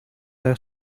are